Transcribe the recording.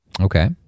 Okay